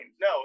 No